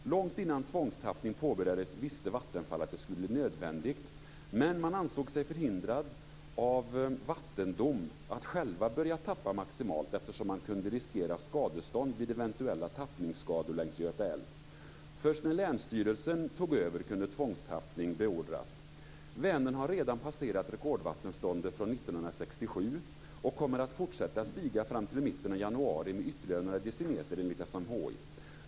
Långt innan tvångstappning påbörjades visste Vattenfall att det skulle bli nödvändigt, men man ansåg sig förhindrad av vattendom att själv börja tappa maximalt eftersom man kunde riskera skadestånd vid eventuella tappningsskador längs Göta älv. Först när länsstyrelsen tog över kunde tvångstappning beordras. Vänern har redan passerat rekordvattenståndet från år 1967, och vattnet kommer att fortsätta att stiga fram till mitten av januari med ytterligare några decimeter enligt SMHI.